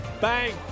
Bang